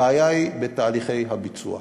הבעיה היא בתהליכי הביצוע.